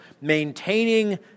maintaining